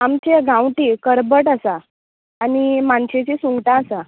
आमचें गांवटी करबट आसा आनी मानशेचें सुंगटां आसा